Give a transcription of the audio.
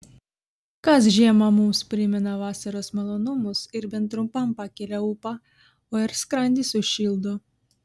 kas žiemą mums primena vasaros malonumus ir bent trumpam pakelią ūpą o ir skrandį sušildo